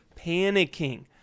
panicking